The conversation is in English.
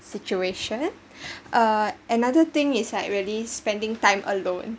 situation uh another thing is like really spending time alone